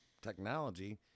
technology